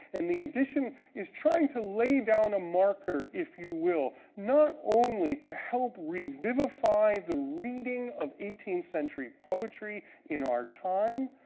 and the edition is trying to lay down a marker, if you will, not only to help revivify the reading of eighteenth century poetry in our time,